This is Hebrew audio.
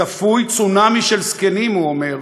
צפוי צונאמי של זקנים, הוא אומר.